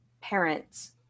parents